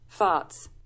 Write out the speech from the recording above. Farts